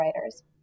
writers